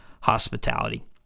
hospitality